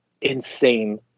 insane